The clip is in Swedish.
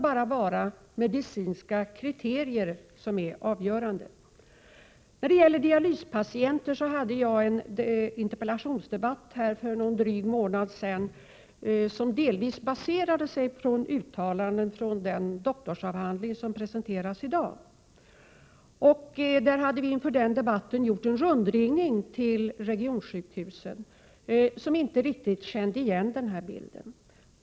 Bara medicinska kriterier får vara avgörande. När det gäller dialyspatienter hade jag för en dryg månad sedan en interpellationsdebatt, som delvis baserade sig på uttalanden i den doktorsavhandling som presenteras i dag. Inför denna debatt hade vi gjort en rundringning till regionsjukhusen. De kände inte riktigt igen denna bild.